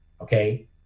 okay